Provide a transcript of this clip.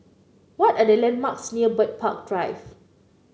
what are the landmarks near Bird Park Drive